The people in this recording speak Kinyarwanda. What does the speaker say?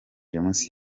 james